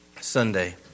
Sunday